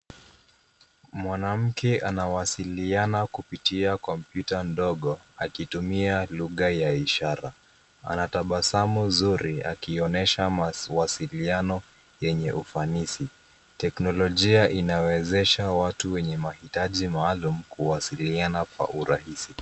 Mwanamke anawasiliana kupitia kompyuta ndogo, akitumia lugha ya ishara. Anatabasamu zuri, akionyesha mawasiliano yenye ufanisi. Teknolojia inawezesha watu wenye mahitaji maalum kuwasiliana kwa urahisi.